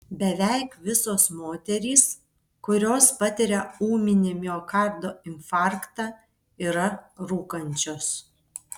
beveik visos moterys kurios patiria ūminį miokardo infarktą yra rūkančios